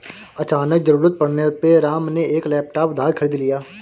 अचानक ज़रूरत पड़ने पे राम ने एक लैपटॉप उधार खरीद लिया